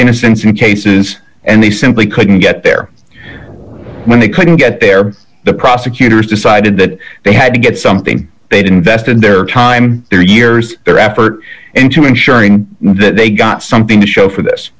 innocence in cases and they simply couldn't get there when they couldn't get there the prosecutors decided that they had to get something they didn't vested their time their years their effort into ensuring that they got something to show for this